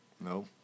No